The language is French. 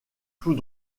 tout